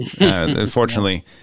Unfortunately